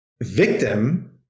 Victim